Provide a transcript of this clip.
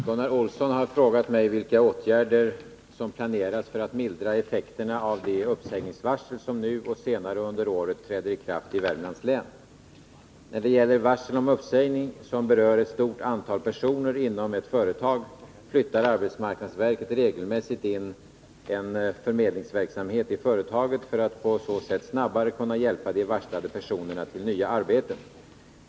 Fru talman! Gunnar Olsson har frågat mig vilka åtgärder som planeras för att mildra effekterna av de uppsägningsvarsel som nu och senare under året träder i kraft i Värmlands län. När det gäller varsel om uppsägning som berör ett stort antal personer inom ett företag flyttar arbetsmarknadsverket regelmässigt in en förmedlingsverksamhet i företaget för att på så sätt snabbare kunna hjälpa de varslade personerna till nya arbeten.